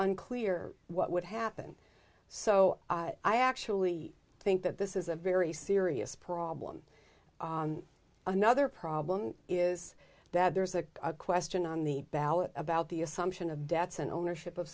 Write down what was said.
unclear what would happen so i actually think that this is a very serious problem another problem is that there's a question on the ballot about the assumption of debts and ownership of